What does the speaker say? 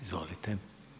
Izvolite.